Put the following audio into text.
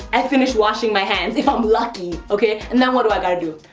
i finish washing my hands if i'm lucky, okay. and now what do i gotta do.